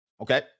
Okay